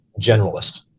generalist